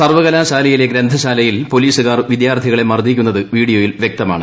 സർവ്വകലാശാലയിലെ ഗ്രന്ഥശാലയിൽ പൊലീസുകാർ വിദ്യാർത്ഥികളെ മർദ്ദിക്കുന്നത് വീഡിയോയിൽ വ്യക്തമാണ്